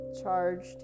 charged